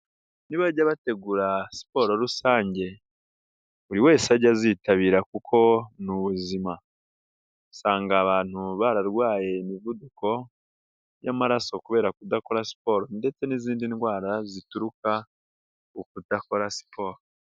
Nibajya bategura siporo rusange buri wese ajye azitabira kuko ni ubuzima, usanga abantu bararwaye imivuduko y'amaraso kubera kudakora siporo ndetse n'izindi ndwara zituruka kukudakora siporo.